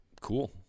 cool